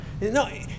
No